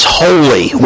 holy